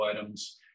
items